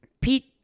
Pete